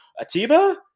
Atiba